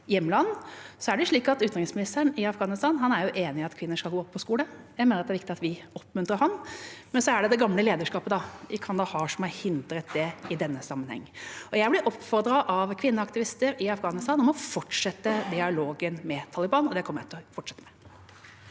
hjemland. Utenriksministeren i Afghanistan er enig i at kvinner skal gå på skole. Jeg mener det er viktig at vi oppmuntrer ham. Det er det gamle lederskapet i Kandahar som har hindret det i denne sammenheng. Jeg blir oppfordret av kvinneaktivister i Afghanistan til å fortsette dialogen med Taliban, og det kommer jeg til å fortsette med.